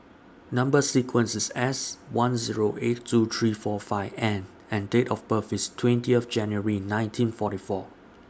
Number sequence IS S one Zero eight two three four five N and Date of birth IS twenty of January nineteen forty four